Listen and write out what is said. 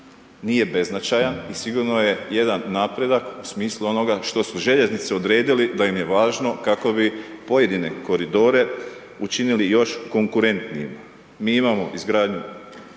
nije beznačajan i sigurno je jedan napredak u smislu onoga što su željeznice odredile da im je važno kako bi pojedine koridore učinili još konkurentnijima. Mi imamo izgradnju